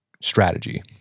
strategy